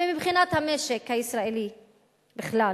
ומבחינת המשק הישראלי בכלל.